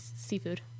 seafood